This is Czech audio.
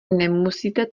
nemusíte